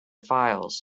files